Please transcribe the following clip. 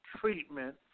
treatment